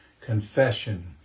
Confession